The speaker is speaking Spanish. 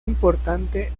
importante